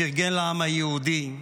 פרגן לעם היהודי.